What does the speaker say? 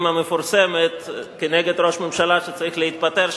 המפורסמת כנגד ראש ממשלה שצריך להתפטר,